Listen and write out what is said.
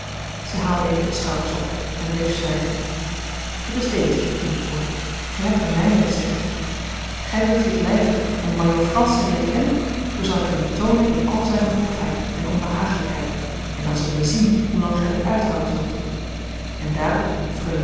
zij haalde even de schouders op en bleef zwijgen het is deze ging ik voort gij hebt aan mij willen zeggen gij wilt hier blijven om majoor frans te leeren kennen zoo zal ik hem u toonen in al zijne grofheid en onbehagelijkheid en dan zullen wij zien hoelang gij dat uithouden zult en daarop